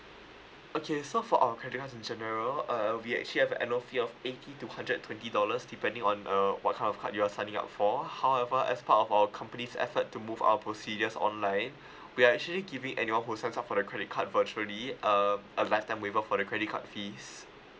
okay so for our credit cards in general uh we actually have a annual fee of eighty to hundred and twenty dollars depending on uh what kind of card you are signing up for however as part of our company's effort to move our procedures online we are actually giving anyone who signs up for the credit card virtually err a lifetime waiver for the credit card fees